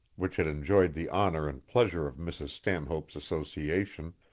which had enjoyed the honor and pleasure of mrs. stanhope's association,